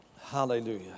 Hallelujah